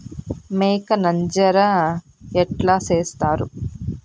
మేక నంజర ఎట్లా సేస్తారు?